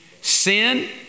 sin